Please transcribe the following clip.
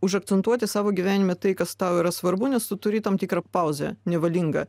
užakcentuoti savo gyvenime tai kas tau yra svarbu nes turi tam tikrą pauzę nevalingą